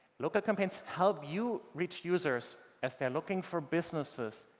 local campaigns help you reach users as they're looking for businesses,